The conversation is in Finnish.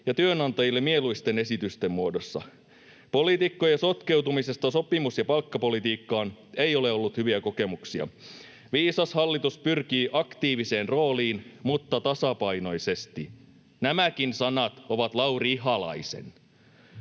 ja työnantajille mieluisten esitysten muodossa. Poliitikkojen sotkeutumisesta sopimus- ja palkkapolitiikkaan ei ole ollut hyviä kokemuksia. Viisas hallitus pyrkii aktiiviseen rooliin, mutta tasapainoisesti.” Nämäkin sanat ovat Lauri Ihalaisen.